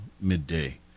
midday